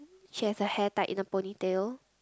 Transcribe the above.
she has a hair tied in a ponytail